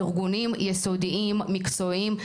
ארגונים יסודיים מקצועיים,